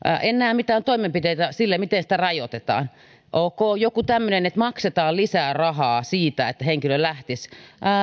en näe mitään toimenpiteitä sille miten sitä rajoitetaan ok joku tämmöinen että maksetaan lisää rahaa siitä että henkilö lähtisi